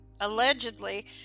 allegedly